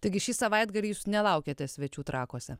taigi šį savaitgalį jūs nelaukiate svečių trakuose